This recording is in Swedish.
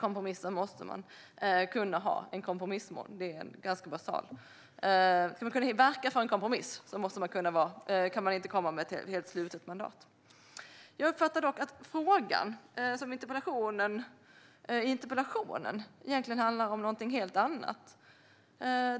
Om man ska kunna verka för en kompromiss kan man inte komma med ett helt slutet mandat. Det är ganska basalt. Jag uppfattar dock att interpellationen egentligen handlar om någonting helt annat.